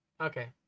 Okay